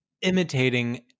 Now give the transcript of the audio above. imitating